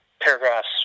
paragraphs